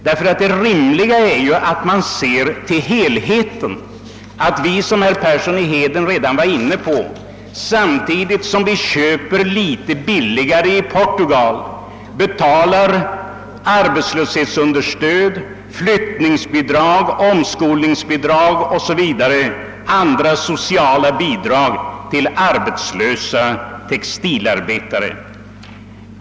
Det rimliga måste ju ändå vara att se till helheten och att vi inte — som herr Persson i Heden var inne på samtidigt som vi köper litet billigare i Portugal betalar arbetslöshetsunderstöd, flyttningsbidrag, omskolningsbidrag och andra sociala bidrag till arbetslösa textilarbetare.